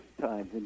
times